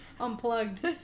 Unplugged